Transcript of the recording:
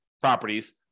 properties